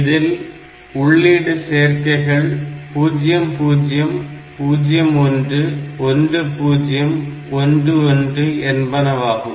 இதில் உள்ளீடு சேர்க்கைகள் 00 01 10 11 என்பதாகும்